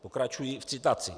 Pokračuji v citaci: